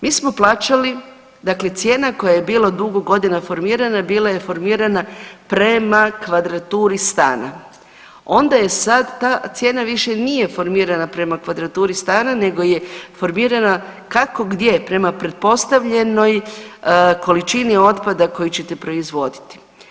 Mi smo plaćali, dakle cijena koja je bila dugo godina formirana, bila je formirana prema kvadraturi stana, onda sad ta cijena više nije formirana prema kvadraturi stana nego je formirana kako gdje, prema pretpostavljenoj količini otpada koji ćete proizvoditi.